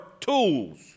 tools